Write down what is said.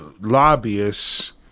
lobbyists